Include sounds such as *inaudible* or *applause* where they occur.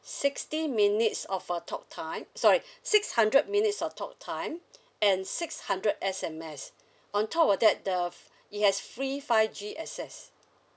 sixty minutes of uh talk time sorry *breath* six hundred minutes of talk time *breath* and six hundred S_M_S *breath* on top of that the f~ it has free five G access